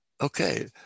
Okay